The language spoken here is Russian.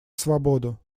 свободу